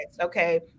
okay